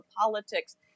politics